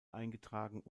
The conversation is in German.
eingetragen